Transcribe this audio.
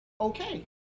okay